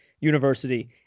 university